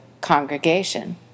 congregation